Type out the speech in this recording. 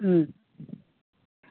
ꯎꯝ